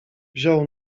wziął